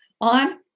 on